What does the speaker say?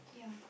yeah